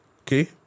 Okay